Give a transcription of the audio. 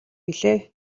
билээ